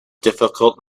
difficult